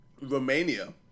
Romania